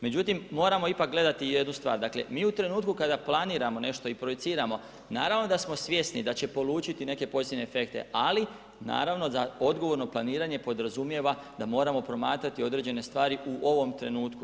Međutim, moramo ipak gledati jednu stvar, dakle mi u trenutku kada planiramo nešto i projiciramo naravno da smo svjesni da će polučiti neke pozitivne efekte ali naravno da odgovorno planiranje podrazumijeva da moramo promatrati određene stvari u ovom trenutku.